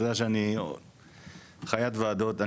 אתה יודע שאני חיית ועדות.